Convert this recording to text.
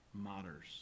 matters